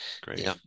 great